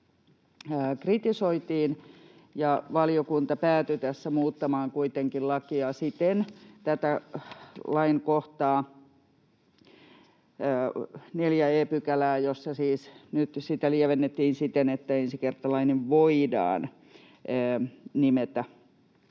kritisoitiin, ja valiokunta päätyi tässä muuttamaan kuitenkin tätä lainkohtaa, 4 e §:ää, jota siis nyt lievennettiin siten, että ensikertalainen ”voidaan” nimetä.